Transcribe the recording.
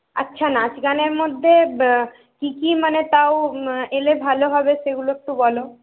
আচ্ছা নাচগানের মধ্যে কি কি মানে তাও এলে ভালো হবে সেগুলো একটু বলো